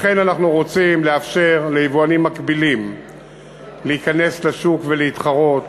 לכן אנחנו רוצים לאפשר ליבואנים מקבילים להיכנס לשוק ולהתחרות,